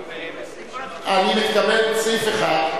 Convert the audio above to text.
אני מדבר על סעיף 1,